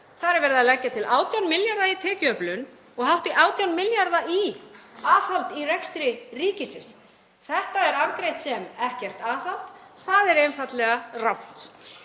þar er verið að leggja til 18 milljarða í tekjuöflun og hátt í 18 milljarða í aðhald í rekstri ríkisins. Þetta er afgreitt sem ekkert aðhald. Það er einfaldlega rangt.